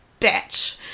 bitch